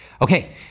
okay